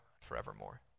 forevermore